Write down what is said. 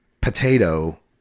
Potato